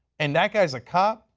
and that guy is a cop,